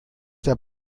der